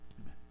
Amen